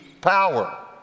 power